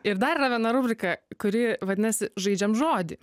ir dar yra viena rubrika kuri vadinasi žaidžiam žodį